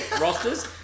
rosters